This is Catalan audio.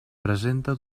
presenta